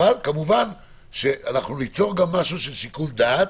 אבל כמובן שאנחנו ניצור משהו של שיקול דעת,